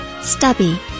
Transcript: stubby